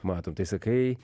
matom tai sakai